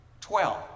Twelve